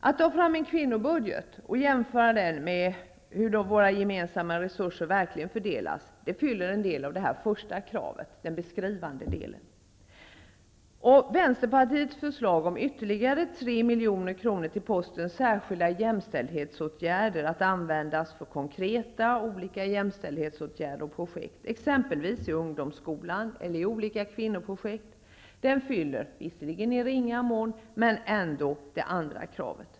Att ta fram en kvinnobudget och jämföra den med hur våra gemensamma resurser verkligen fördelas uppfyller en del av det förstnämnda kravet, den beskrivande delen. Vänsterpartiets förslag om ytterligare 3 milj.kr. till posten Särskilda jämställdhetsåtgärder att användas för konkreta olika jämställdhetsåtgärder, exempelvis i ungdomsskolan eller i kvinnoprojekt, fyller visserligen i ringa mån men ändå det andra kravet.